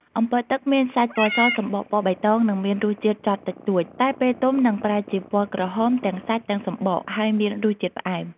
អម្ពិលទឹក មានសាច់ពណ៌ស សម្បកពណ៌បៃតង និងមានរសជាតិចត់តិចតួច តែពេលទុំនឹងប្រែជាពណ៌ក្រហមទាំងសាច់ទាំងសម្បក ហើយមានរសជាតិផ្អែម។